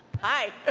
hi. ah